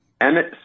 Emmett